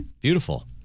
Beautiful